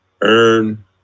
earn